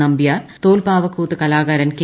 നമ്പ്യാർ തോൽപ്പാവക്കൂത്ത് കലാകാരൻ കെ